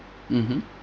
mmhmm